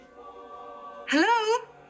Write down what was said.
Hello